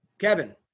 kevin